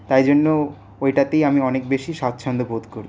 তাই জন্য ওইটাতেই আমি অনেক বেশী স্বাচ্ছন্দ্য বোধ করি